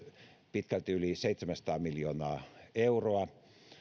pitkälti yli seitsemänsataa miljoonaa euroa